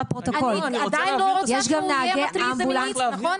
אני עדיין לא רוצה שהוא יהיה מטריד מינית, נכון?